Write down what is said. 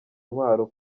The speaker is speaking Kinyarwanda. ntwaro